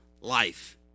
life